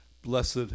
Blessed